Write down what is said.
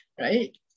right